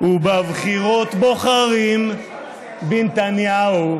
// ובבחירות בוחרים בנתניהו,